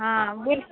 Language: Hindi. हाँ बोल